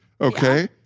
Okay